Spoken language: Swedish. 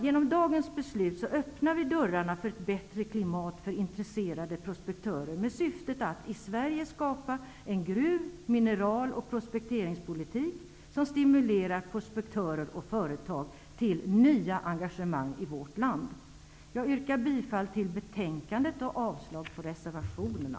Genom dagens beslut öppnar vi dörrarna för ett bättre klimat för intresserade prospektörer med syftet att i Sverige skapa en gruv-, mineral och prospekteringspolitik som stimulerar prospektörer och företag till nya engagemang i vårt land. Jag yrkar bifall till utskottets hemställan och avslag på reservationerna.